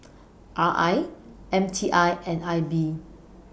R I M T I and I B